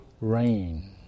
rain